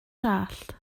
dallt